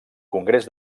congrés